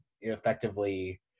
effectively